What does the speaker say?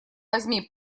возьми